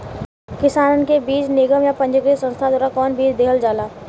किसानन के बीज निगम या पंजीकृत संस्था द्वारा कवन बीज देहल जाला?